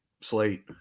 slate